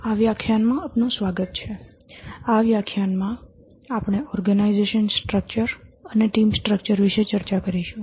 આ વ્યાખ્યાનમાં આપનું સ્વાગત છે આ વ્યાખ્યાનમાં આપણે ઓર્ગેનાઇઝેશન સ્ટ્રક્ચર અને ટીમ સ્ટ્રક્ચર વિશે ચર્ચા કરીશું